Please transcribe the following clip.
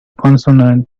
consonant